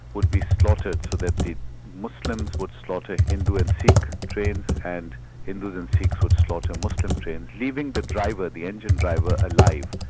would be slaughtered, so that the muslims would slaughter hindu and sikh trains and hindus and sikhs would slaughter muslim trains, leaving the driver, the engine driver, alive.